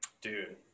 dude